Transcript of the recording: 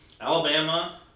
Alabama